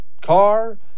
car